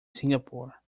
singapore